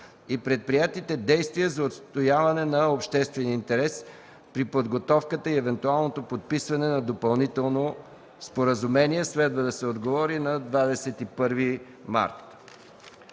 и предприетите действия за отстояване на обществения интерес при подготовката и евентуалното подписване на допълнително споразумение. Следва да се отговори на 21 март